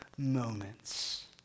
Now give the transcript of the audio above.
moments